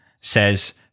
says